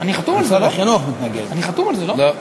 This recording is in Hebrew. אני חתום על זה, לא?